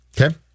Okay